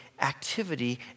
activity